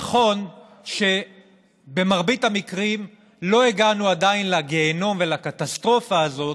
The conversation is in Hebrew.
נכון שבמרבית המקרים עדיין לא הגענו לגיהינום ולקטסטרופה הזאת